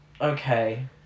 okay